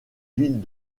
villes